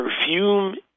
perfume